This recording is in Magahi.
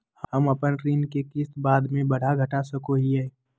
हम अपन ऋण के किस्त बाद में बढ़ा घटा सकई हियइ?